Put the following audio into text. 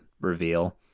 Reveal